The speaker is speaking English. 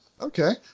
Okay